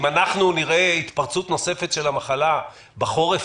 אם אנחנו נראה התפרצות נוספת של המחלה בחורף